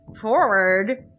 forward